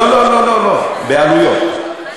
לא, לא, בעלויות.